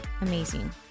Amazing